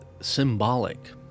symbolic